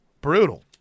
brutal